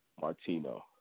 martino